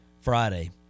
Friday